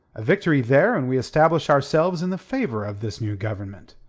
a victory there and we establish ourselves in the favour of this new government.